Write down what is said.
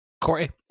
Corey